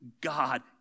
god